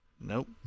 Nope